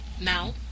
Now